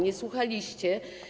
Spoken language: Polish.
Nie słuchaliście.